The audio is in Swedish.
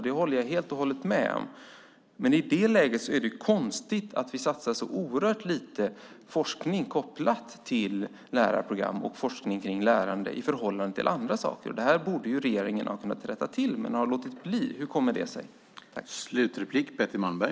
Jag håller helt och hållet med om det, men i det läget är det konstigt att vi satsar så oerhört lite på forskning kopplat till lärarprogram och på forskning om lärande i förhållande till andra saker. Det här borde regeringen ha kunnat rätta till, men det har man låtit bli. Hur kommer det sig?